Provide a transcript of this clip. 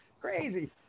Crazy